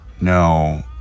No